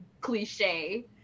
cliche